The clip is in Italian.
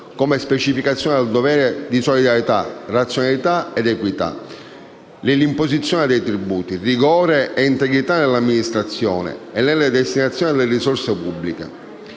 come specificazione del dovere di solidarietà, razionalità ed equità nell'impostazione dei tributi, rigore e integrità nell'amministrazione e nella destinazione delle risorse pubbliche.